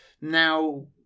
now